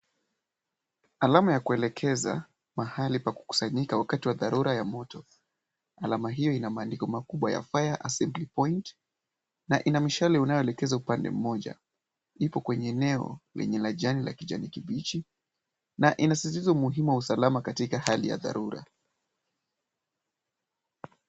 Alama ya kuelekeza mahali pa kukusanyika wakati wa dharura ya moto. Alama hiyo ina maandiko makubwa ya fire assembly point na ina mshale unaoelekezwa upande mmoja. Iko kwenye eneo lenye jani la kijani kibichi na inasisitiza umuhimu wa usalama katika hali ya dharura.